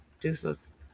deuces